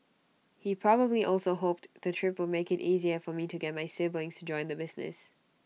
he probably also hoped the trip would make IT easier for me to get my siblings join the business